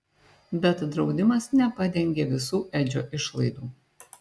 bet draudimas nepadengė visų edžio išlaidų